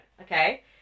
Okay